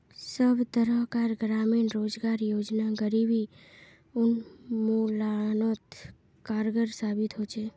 सब तरह कार ग्रामीण रोजगार योजना गरीबी उन्मुलानोत कारगर साबित होछे